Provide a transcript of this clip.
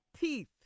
Teeth